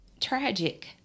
tragic